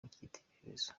nk’icyitegererezo